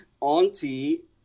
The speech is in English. auntie